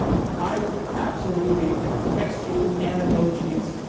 um be great. i will absolutely text you animojis.